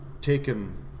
taken